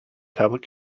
tablet